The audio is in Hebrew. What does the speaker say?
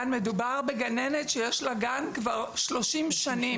מדובר בגננת יש לה גן כבר 30 שנה,